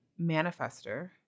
manifester